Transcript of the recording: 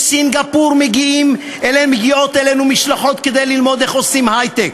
מסינגפור מגיעות אלינו משלחות כדי ללמוד איך עושים היי-טק,